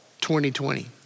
2020